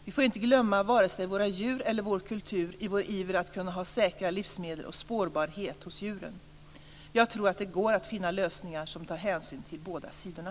Vi får inte glömma vare sig våra djur eller vår kultur i vår iver att kunna ha säkra livsmedel och spårbarhet hos djuren. Jag tror att det går att finna lösningar som tar hänsyn till båda sidorna.